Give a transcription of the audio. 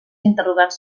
interrogants